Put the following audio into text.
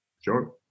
sure